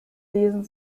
lesen